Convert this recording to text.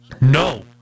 No